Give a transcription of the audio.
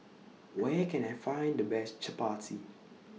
Where Can I Find The Best Chappati